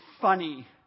funny